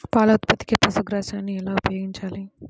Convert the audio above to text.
పాల ఉత్పత్తికి పశుగ్రాసాన్ని ఎలా ఉపయోగించాలి?